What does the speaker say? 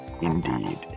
Indeed